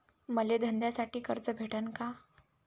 मले धंद्यासाठी कर्ज भेटन का?